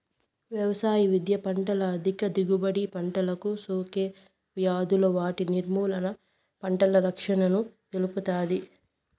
వ్యవసాయ విద్య పంటల అధిక దిగుబడి, పంటలకు సోకే వ్యాధులు వాటి నిర్మూలన, పంటల రక్షణను తెలుపుతాది